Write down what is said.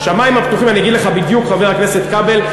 השמים הפתוחים, אני אגיד לך בדיוק, חבר הכנסת כבל.